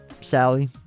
Sally